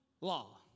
law